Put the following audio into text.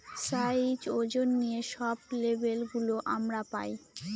size, ওজন নিয়ে সব লেবেল গুলো আমরা পায়